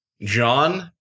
John